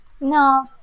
No